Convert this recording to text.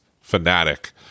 fanatic